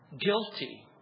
guilty